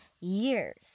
years